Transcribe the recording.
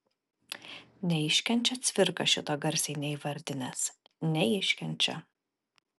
neiškenčia cvirka šito garsiai neįvardinęs neiškenčia